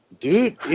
dude